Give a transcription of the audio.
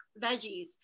veggies